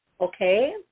Okay